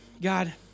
God